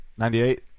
98